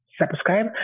subscribe